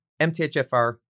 MTHFR